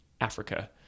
Africa